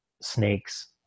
snakes